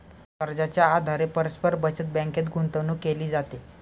कर्जाच्या आधारे परस्पर बचत बँकेत गुंतवणूक केली जाते